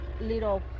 little